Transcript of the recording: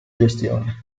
gestione